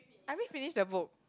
I read finish the book